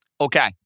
Okay